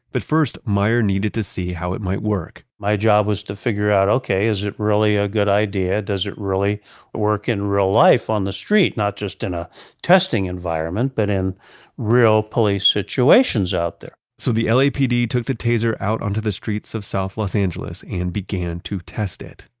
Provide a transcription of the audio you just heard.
but first, meyer needed to see how it might work my job was to figure out, okay, is it really a good idea? does it really work in real life on the street, not just in a testing environment, but in real police situations out there? so the lapd took the taser out onto the streets of south los angeles and began to test it,